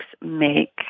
make